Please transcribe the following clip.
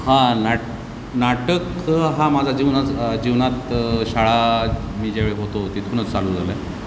हां नाट् नाटक हा माझा जीवनाच् जीवनात शाळा मी ज्यावेळी होतो तिथूनच चालू झालं आहे